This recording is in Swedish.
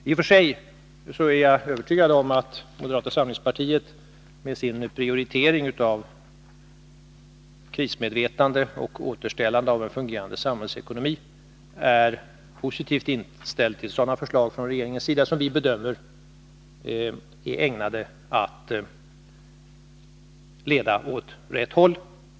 I och för sig är jag övertygad om att moderata samlingspartiet med sin prioritering av krismedvetande och återställande av en fungerande samhällsekonomi är positivt inställt till sådana förslag från regeringens sida som vi bedömer är ägnade att leda åt rätt håll.